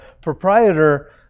proprietor